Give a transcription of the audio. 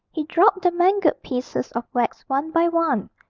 he dropped the mangled pieces of wax one by one,